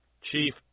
Chief